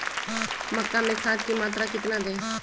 मक्का में खाद की मात्रा कितना दे?